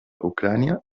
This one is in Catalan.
ucraïna